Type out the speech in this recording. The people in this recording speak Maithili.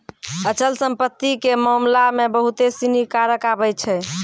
अचल संपत्ति के मामला मे बहुते सिनी कारक आबै छै